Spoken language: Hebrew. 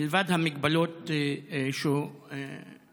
מלבד ההגבלות שהוזכרו,